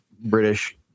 British